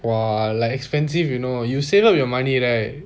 !wah! like expensive you know you say not your money right